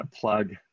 plug